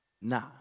nah